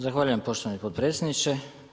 Zahvaljujem poštovani potpredsjedniče.